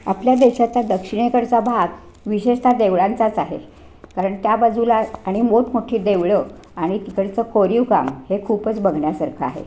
आपल्या देशाच्या दक्षिणेकडचा भाग विशेषत देवळांचाच आहे कारण त्या बाजूला आणि मोठमोठी देवळं आणि तिकडचं कोरीवकाम हे खूपच बघण्यासारखं आहे